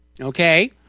Okay